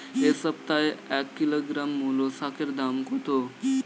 এ সপ্তাহে এক কিলোগ্রাম মুলো শাকের দাম কত?